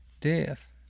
death